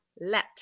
let